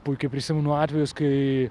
puikiai prisimenu atvejus kai